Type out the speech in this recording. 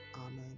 Amen